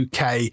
UK